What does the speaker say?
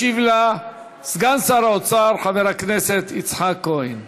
ישיב לה סגן שר האוצר חבר הכנסת יצחק כהן.